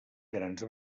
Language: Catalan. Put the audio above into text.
grans